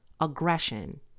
aggression